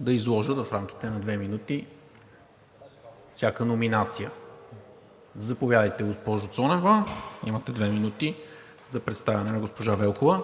да изложат в рамките на две минути всяка номинация. Заповядайте, госпожо Цонева – имате две минути за представянето на госпожа Велкова.